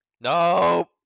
Nope